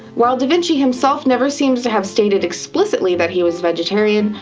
while da vinci himself never seems to have stated explicitly that he was vegetarian,